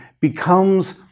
becomes